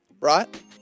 right